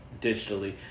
digitally